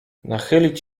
nachylić